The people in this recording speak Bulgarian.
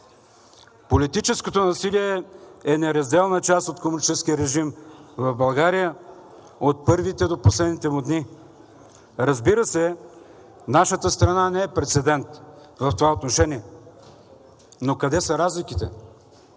Политическото насилие е неразделна част от комунистическия режим в България от първите до последните му дни. Разбира се, нашата страна не е прецедент в това отношение, но къде са разликите?